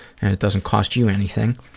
and it doesn't cost you anything.